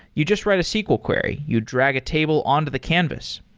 you just write a sql query. you drag a table on to the canvas.